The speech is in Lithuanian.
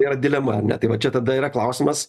tai yra dilema ar ne tai va čia tada yra klausimas